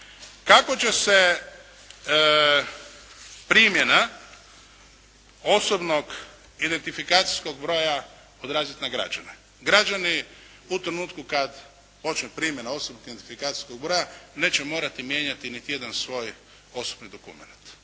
Kako će se primjena osobnog identifikacijskog broja odraziti na građane? Građani u trenutku kad počne primjena osobnog identifikacijskog broja neće morati mijenjati niti jedan svoj osobni dokument,